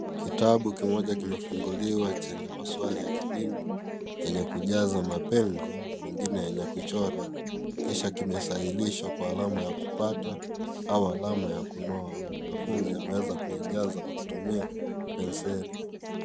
Kitabu kimoja kimefunguliwa chenye maswali ya kidini yenye kujaza mapengo na mengine yenye kuchora kisha kimesahilishwa kwa alama ya kupata au alama ya kunoa. Mwanafunzi ameeza kuijaza kwa kutumia penseli.